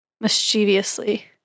mischievously